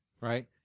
right